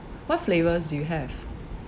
what flavours do you have